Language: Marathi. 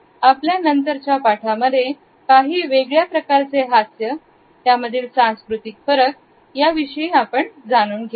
आपल्या नंतरच्या पाठांमध्ये काही वेगळ्या प्रकारचे हास्य त्यामधील सांस्कृतिक फरक याविषयी आपण जाणून घेऊया